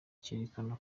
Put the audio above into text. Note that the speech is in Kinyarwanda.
cyerekana